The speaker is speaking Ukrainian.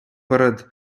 перед